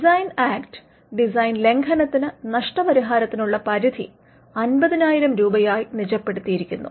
design act design ലംഘനത്തിന് നഷ്ടപരിഹാരത്തിനുള്ള പരിധി 50000 രൂപയായി നിജപ്പെടുത്തിയിരിക്കുന്നു